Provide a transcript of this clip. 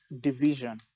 division